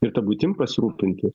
ir ta buitim pasirūpinti